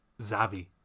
Zavi